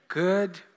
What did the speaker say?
Good